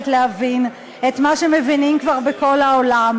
להבין את מה שמבינים כבר בכל העולם,